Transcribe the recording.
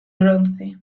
bronce